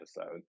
episode